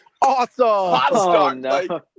Awesome